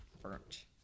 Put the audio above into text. burnt